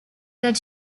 that